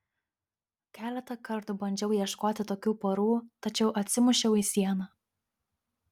keletą kartų bandžiau ieškoti tokių porų tačiau atsimušiau į sieną